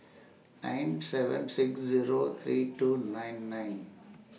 nine seven six Zero three two nine nine